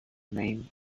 name